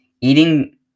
Eating